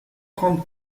trente